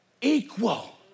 equal